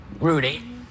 Rudy